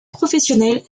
professionnel